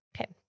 Okay